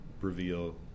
reveal